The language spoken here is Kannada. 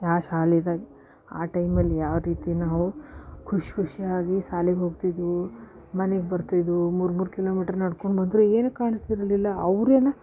ಆ ಶಾಲೆದಾಗ ಆ ಟೈಮಲ್ಲಿ ಯಾವ ರೀತಿ ನಾವು ಖುಷಿಖುಷಿಯಾಗಿ ಶಾಲೆಗೆ ಹೋಗ್ತಿದ್ದೆವು ಮನೆಗೆ ಬರ್ತಿದ್ದೆವು ಮೂರ್ಮೂರು ಕಿಲೋಮೀಟ್ರ್ ನಡ್ಕೊಂಡು ಬಂದರೆ ಏನು ಕಾಣಿಸ್ತಿರಲಿಲ್ಲ ಅವರೇನು